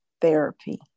therapy